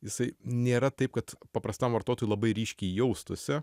jisai nėra taip kad paprastam vartotojui labai ryškiai jaustųsi